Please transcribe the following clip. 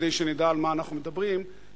כדי שנדע על מה אנחנו מדברים וכדי